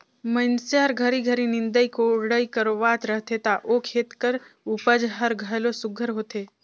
मइनसे हर घरी घरी निंदई कोड़ई करवात रहथे ता ओ खेत कर उपज हर घलो सुग्घर होथे